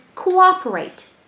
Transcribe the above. cooperate